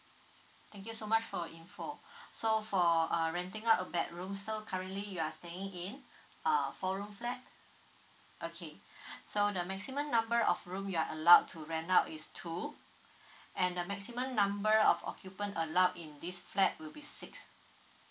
thank you so much for info so for uh renting out a bedroom so currently you are staying in a four room flat okay so the maximum number of room you are allowed to rent out is two and the maximum number of occupant allowed in this flat will be six